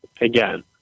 Again